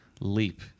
leap